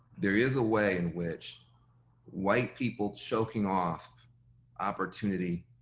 there is a way in which white people choking off opportunity,